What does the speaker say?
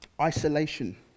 isolation